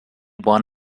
won